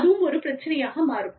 அதுவும் ஒரு பிரச்சினையாக மாறும்